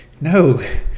no